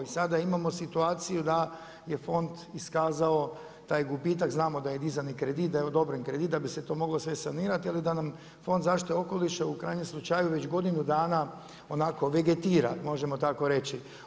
I sada imamo situaciju da je fond iskazao taj gubitak, znamo da je dizani kredit, da je odobren kredit da bi se to moglo sve sanirati, ali da nam Fond za zaštitu okoliša u krajnjem slučaju, već godinu dana onako vegetira, možemo tako reći.